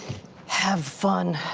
have fun.